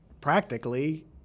practically